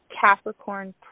Capricorn